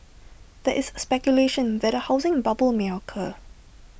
there is speculation that A housing bubble may occur